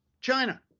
China